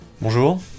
Bonjour